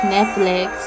Netflix